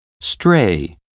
stray